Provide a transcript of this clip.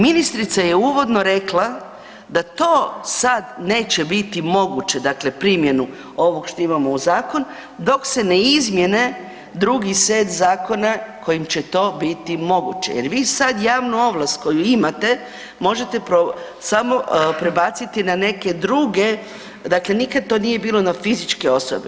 Ministrica je uvodno rekla da to sad neće biti moguće, dakle primjenu ovog što imamo u zakon, dok se ne izmjene drugi set zakona kojim će to biti moguće jer vi sad javnu ovlast koju imate možete samo prebaciti na neke druge, dakle nikad to nije bilo na fizičke osobe.